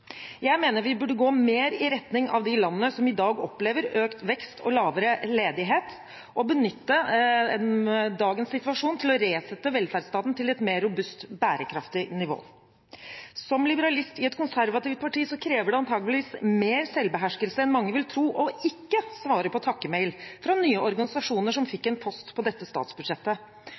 Jeg mener vi burde gå mer i retning av de landene som i dag opplever økt vekst og lavere ledighet, og benytte dagens situasjon til å resette velferdsstaten til et mer robust og bærekraftig nivå. Som liberalist i et konservativt parti krever det antakeligvis mer selvbeherskelse enn mange vil tro ikke å svare på takke-mail fra nye organisasjoner som